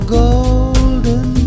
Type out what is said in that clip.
golden